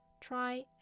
Try